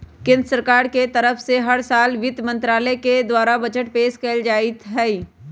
केन्द्र सरकार के तरफ से हर साल वित्त मन्त्रालय के द्वारा बजट पेश कइल जाईत हई